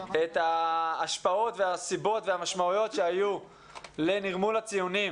את ההשפעות והסיבות והמשמעויות שהיו לנרמול הציונים